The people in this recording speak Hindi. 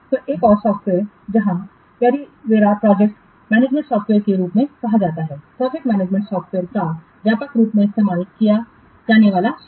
तो एक और सॉफ्टवेयर वहाँ Primavera प्रोजेक्ट मैनेजमेंट सॉफ्टवेयर के रूप में कहा जाता है प्रोजेक्ट मैनेजमेंट सॉफ्टवेयर का व्यापक रूप से इस्तेमाल किया जाने वाला सूट